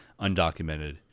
undocumented